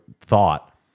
thought